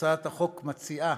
הצעת החוק מציעה